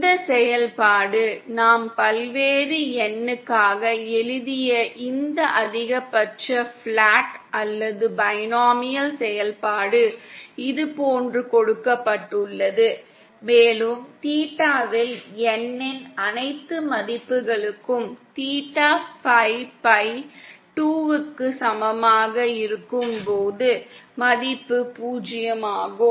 இந்த செயல்பாடு நாம் பல்வேறு N க்காக எழுதிய இந்த அதிகபட்ச பிளாட் அல்லது பைனோமியல் செயல்பாடு இதுபோன்று கொடுக்கப்பட்டுள்ளது மேலும் தீட்டாவில் N இன் அனைத்து மதிப்புகளுக்கும் தீட்டா 5 பை 2 க்கு சமமாக இருக்கும் போது மதிப்பு பூஜ்ஜியமாகும்